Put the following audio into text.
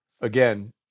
again